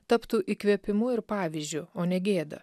taptų įkvėpimu ir pavyzdžiu o ne gėda